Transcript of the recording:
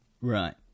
Right